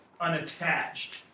unattached